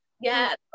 Yes